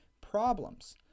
problems